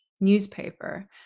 newspaper